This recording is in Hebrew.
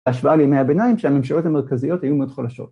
‫בהשוואה לימי הביניים שהממשלות ‫המרכזיות היו מאוד חלשות.